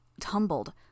tumbled